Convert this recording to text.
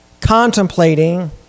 contemplating